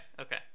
okay